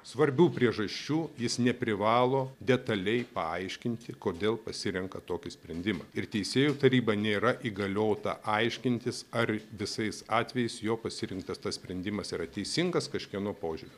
svarbių priežasčių jis neprivalo detaliai paaiškinti kodėl pasirenka tokį sprendimą ir teisėjų taryba nėra įgaliota aiškintis ar visais atvejais jo pasirinktas tas sprendimas yra teisingas kažkieno požiūriu